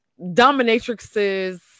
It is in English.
dominatrixes